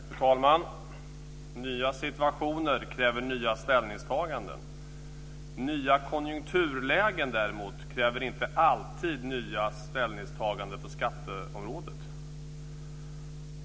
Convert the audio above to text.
Fru talman! Nya situationer kräver nya ställningstaganden. Nya konjunkturlägen däremot kräver inte alltid nya ställningstaganden på skatteområdet.